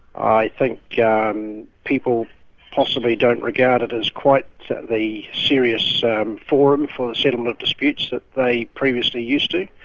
i think yeah um people possibly don't regard it as quite the serious forum for settlement disputes that they previously used to,